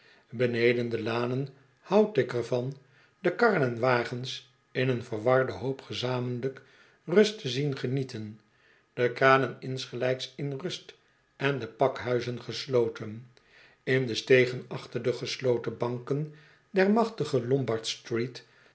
beneden de lanen houd ik er van de karren en wagens in een verwarde hoop gezamenlijk rust te zien genieten de kranen insgelijks in rust en de pakhuizen gesloten in de stegen achter de gesloten banken der machtige